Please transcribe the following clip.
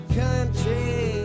country